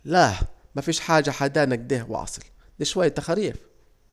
لاه مفيش حاجة حدانا اكده واصل، دي شوية تخاريف